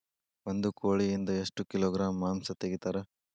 ಒಂದು ಕೋಳಿಯಿಂದ ಎಷ್ಟು ಕಿಲೋಗ್ರಾಂ ಮಾಂಸ ತೆಗಿತಾರ?